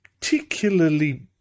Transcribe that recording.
particularly